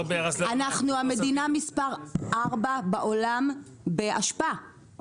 אנחנו המדינה מספר 4 בעולם באשפה,